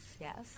yes